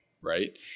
Right